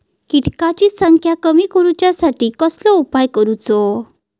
किटकांची संख्या कमी करुच्यासाठी कसलो उपाय करूचो?